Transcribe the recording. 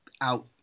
out